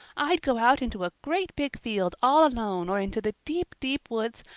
i'd go out into a great big field all alone or into the deep, deep, woods,